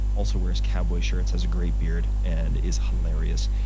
also wears cowboy shirts, has a gray beard, and is hilarious.